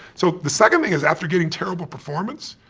so the second thing is after getting terrible performance,